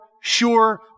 sure